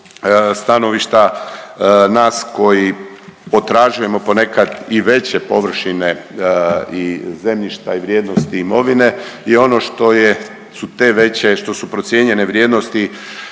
stanovišta nas koji potražuje ponekad i veće površine i zemljišta i vrijednosti imovine je ono što je, su te veće, što su procijenjene vrijednosti